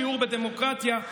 שיעור בדמוקרטיה,